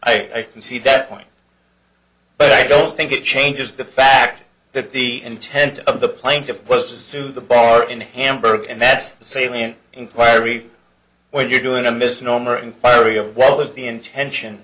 can see that point but i don't think it changes the fact that the intent of the plaintiff was to sue the bar in hamburg and that's the salient inquiry when you're doing a misnomer inquiry of what was the intention